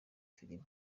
filme